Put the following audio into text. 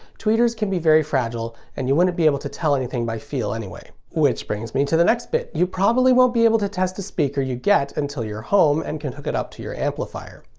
tweeters can be very fragile, and you wouldn't be able to tell anything by feel, anyway. which brings me to the next bit you probably won't be able to test a speaker you get until you're home and can hook it up to your amplifier.